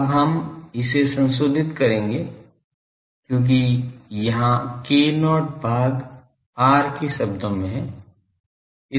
अब हम इसे संशोधित करेंगे क्योंकि यहाँ k0 भाग r के शब्दों में है